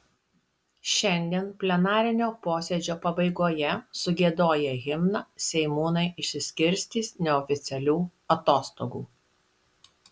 šiandien plenarinio posėdžio pabaigoje sugiedoję himną seimūnai išsiskirstys neoficialių atostogų